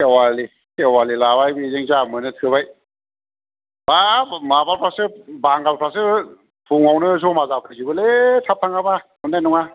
खेवालि खेवालि लाबाय बेजों जा मोनो थोबाय हाब माबाफ्रासो बांगालफ्रासो फुङावनो जमा जाफैजोबोलै थाब थाङाबा मोननाय नङा